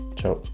Ciao